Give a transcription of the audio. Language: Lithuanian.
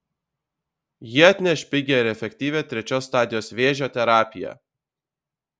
ji atneš pigią ir efektyvią trečios stadijos vėžio terapiją